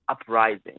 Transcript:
uprising